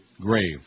Grave